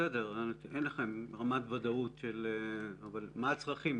בסדר, אין לכם רמת ודאות, אבל מה הצרכים?